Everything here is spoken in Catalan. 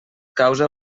causa